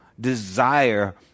Desire